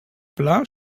pla